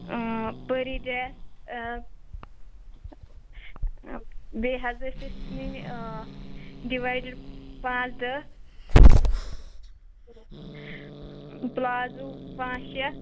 پٔری dress بیٚیہِ حظ ٲسۍ اَسہِ نِنۍ ڈِوایڈِڈ پانٛژ دَہ پُِلازو پانٛژ شےٚ